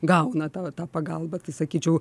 gauna tą tą pagalbą tai sakyčiau